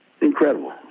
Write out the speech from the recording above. incredible